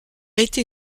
été